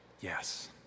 yes